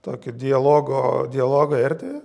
tokį dialogo dialogo erdvę